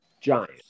giant